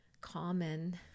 common